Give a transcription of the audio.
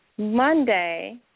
Monday